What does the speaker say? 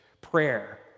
Prayer